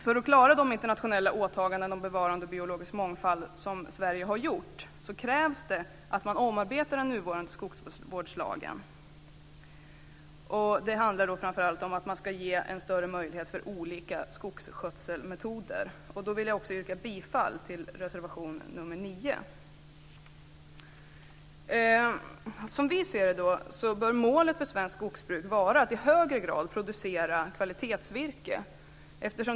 För att klara de internationella åtaganden om bevarande av biologisk mångfald som Sverige har gjort krävs att man omarbetar den nuvarande skogsvårdslagen. Det handlar framför allt om att ge större möjligheter för olika skogsskötselmetoder. Därmed yrkar jag bifall till reservation 9. Som vi ser det bör målet för svenskt skogsbruk vara att i högre grad producera kvalitetsvirke.